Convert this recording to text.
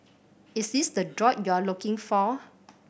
is this the droid you're looking for